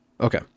Okay